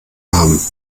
haben